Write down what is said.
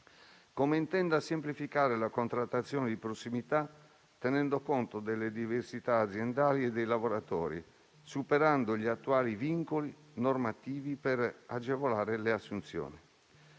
come intenda semplificare la contrattazione di prossimità, tenendo conto delle diversità aziendali e dei lavoratori, superando gli attuali vincoli normativi, per agevolare le assunzioni;